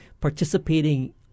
participating